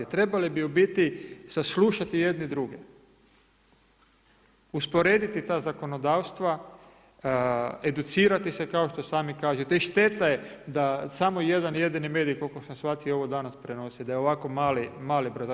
Trebali bi u biti saslušati jedni druge, usporediti ta zakonodavstva, educirati se kao što sami kažete i šteta je da samo jedan jedini medij koliko sam shvatio ovo danas prenosi da je ovako mali broj.